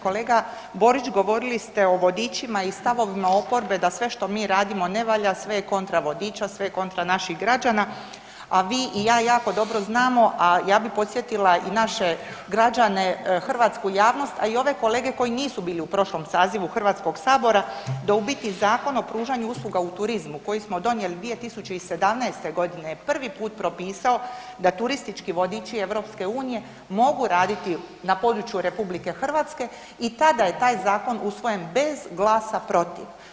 Kolega Borić govorili ste o vodičima i stavovima oporbe da sve što mi radimo ne valja, sve je kontra vodiča, sve je kontra naših građana, a vi i ja jako dobro znamo, a ja bi podsjetila i naše građane, hrvatsku javnost, a i ove kolege koji nisu bili u prošlom sazivu Hrvatskog sabora da u biti Zakon o pružanju usluga u turizmu koji smo donijeli 2017. godine je prvi put propisao da turistički vodiči EU mogu raditi na području RH i tada je taj zakon usvojen bez glasa protiv.